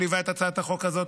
שליווה את הצעת החוק הזאת,